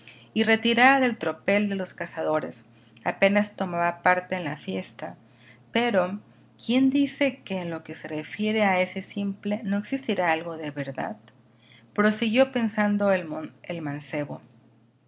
y retirada del tropel de los cazadores apenas tomaba parte en la fiesta pero quién dice que en lo que se refiere a ese simple no existirá algo de verdad prosiguió pensando el mancebo